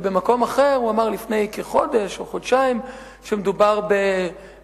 ובמקום אחר הוא אמר לפני כחודש או חודשיים שמדובר במשבר,